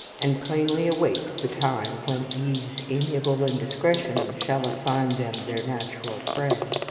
and plainly await the time when eve's amiable indiscretion shall assign them their natural prey.